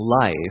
life